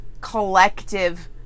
collective